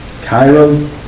Cairo